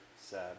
sad